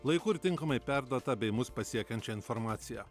laiku ir tinkamai perduotą bei mus pasiekiančią informaciją